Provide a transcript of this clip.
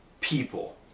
people